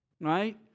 right